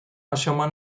aşama